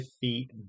feet